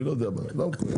אני לא יודע מה, לא מקוים.